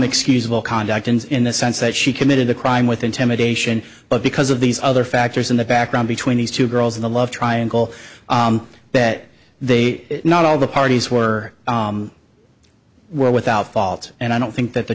excusable conduct ins in the sense that she committed a crime with intimidation but because of these other factors in the background between these two girls in the love triangle that they not all the parties were were without fault and i don't think that the